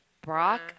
Brock